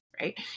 right